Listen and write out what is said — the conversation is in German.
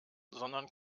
sondern